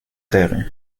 terrain